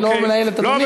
אני לא מנהל את אדוני,